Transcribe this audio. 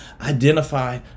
identify